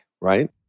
right